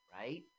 right